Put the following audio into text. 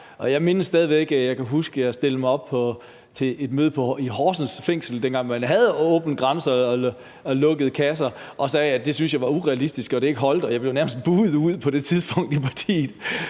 Jeg kan huske, at jeg stillede mig op til et møde i fængslet i Horsens, dengang man havde åbne grænser og lukkede kasser, og sagde, at det syntes jeg var urealistisk, og at det ikke holdt. Jeg blev nærmest buhet ud på det tidspunkt. Så der